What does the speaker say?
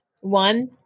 One